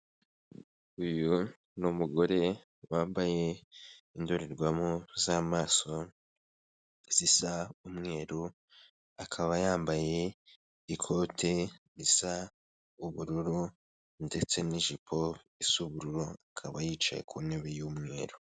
Uyu ni umugore wambaye indorerwamo z'amaso zisa umweru akaba yambaye ikote risa ubururu ndetse n'ijipo isa ubururu, akaba yicaye ku ntebe y'umweru.